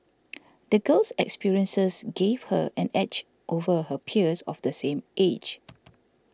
the girl's experiences gave her an edge over her peers of the same age